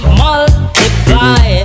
multiply